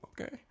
okay